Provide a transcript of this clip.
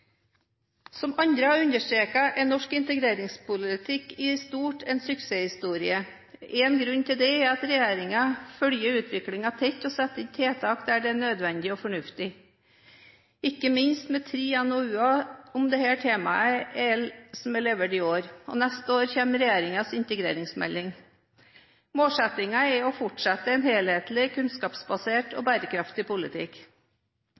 Som andre har understreket, er norsk integreringspolitikk i stort en suksesshistorie. Én grunn til det er at regjeringen følger utviklingen tett og setter inn tiltak der det er nødvendig og fornuftig – ikke minst med tre NOU-er om dette temaet levert i år, og neste år kommer regjeringens integreringsmelding. Målsettingen er å fortsette en helhetlig, kunnskapsbasert og bærekraftig politikk.